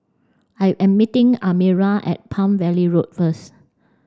I am meeting Almira at Palm Valley Road first